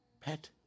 pet